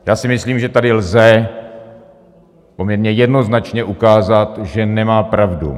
Já si myslím, že tady lze poměrně jednoznačně ukázat, že nemá pravdu.